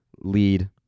lead